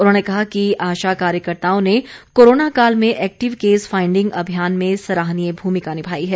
उन्होंने कहा कि आशा कार्यकर्ताओं ने कोरोना काल में एक्टिव केस फाइंडिंग अभियान में सराहनीय भूमिका निभाई है